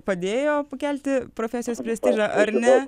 padėjo pakelti profesijos prestižą ar ne